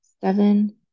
Seven